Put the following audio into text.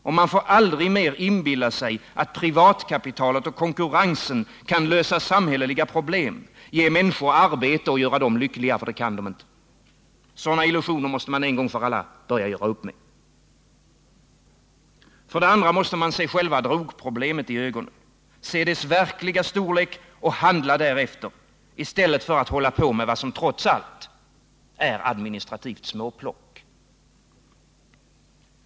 Vi får aldrig mer inbilla oss att privatkapitalet och konkurrensen kan lösa samhälleliga problem, ge människor arbete och göra dem lyckliga — det kan de inte. Sådana illusioner måste vi en gång för alla göra upp med. Vidare måste vi se själva drogproblemet i ögonen. Vi måste se dess verkliga storlek och handla därefter, i stället för att hålla på med sådant som trots allt är administrativt småplock.